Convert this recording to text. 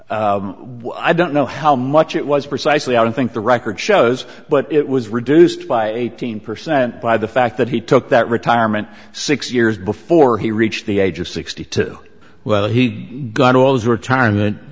any i don't know how much it was precisely i don't think the record shows but it was reduced by eighteen percent by the fact that he took that retirement six years before he reached the age of sixty two well he got all his retirement